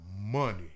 money